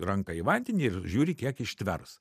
ranką į vandenį ir žiūri kiek ištvers